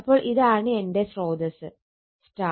അപ്പോൾ ഇതാണ് എന്റെ സ്രോതസ്സ് Y